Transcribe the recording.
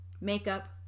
makeup